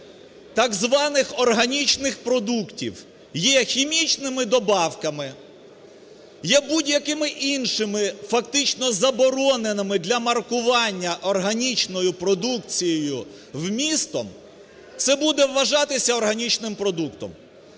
так званих органічних продуктів є хімічними добавками, є будь-якими іншими, фактично забороненими для маркування органічною продукцією вмістом, це буде вважатися органічним продуктом,